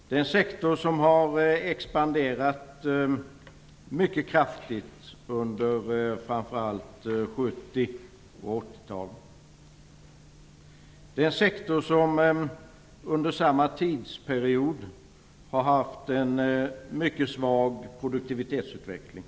Det är en sektor som har expanderat mycket kraftigt under framför allt 70 och 80 talen. Det är en sektor som under samma tidsperiod har haft en mycket svag produktivitetsutveckling.